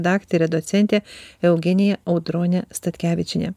daktarė docentė eugenija audronė statkevičienė